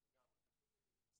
איתור לבין טיפול.